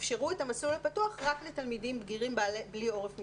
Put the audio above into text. אפשרו את המסלול הפתוח רק לתלמידים בגירים בלי עורף משפחתי.